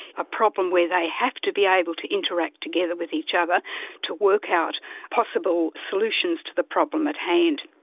a problem where they have to be able to interact together with each other to work out possible solutions to the problem at hand.